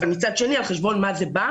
אבל מצד שני על חשבון מה זה בא?